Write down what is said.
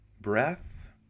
breath